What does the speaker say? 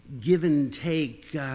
give-and-take